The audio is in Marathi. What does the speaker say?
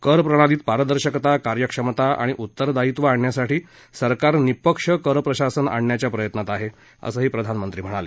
कर प्रणालीत पारदर्शकता कार्यक्षमता आणि उत्तरदायित्व आणण्यासाठी सरकार निःपक्ष करप्रशासन आणण्याच्या प्रयत्नात आहे असंही प्रधानमंत्री म्हणाले